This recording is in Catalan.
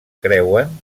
creuen